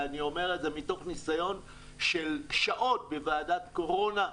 ואני אומר את זה מתוך ניסיון של שעות בוועדת הקורונה.